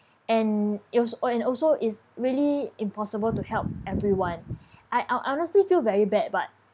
and it was oh and also it's really impossible to help everyone I ho~ honestly feel very bad but